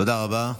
תודה רבה.